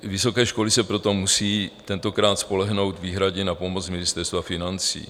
Vysoké školy se proto musejí tentokrát spolehnout výhradně na pomoc Ministerstva financí.